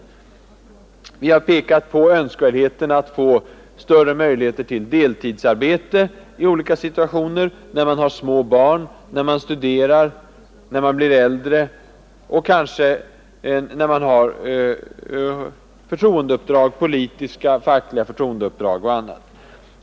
Vi har framhållit önskemålet att få större möjligheter till deltidsarbete i olika situationer — när man har små barn, när man studerar, när man blir äldre och kanske när man har politiska och fackliga förtroendeuppdrag eller liknande.